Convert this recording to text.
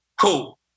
cool